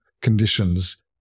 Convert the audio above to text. conditions